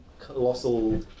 colossal